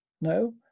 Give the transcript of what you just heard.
No